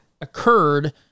occurred